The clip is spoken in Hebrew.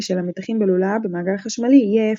של המתחים בלולאה במעגל חשמלי יהיה אפס.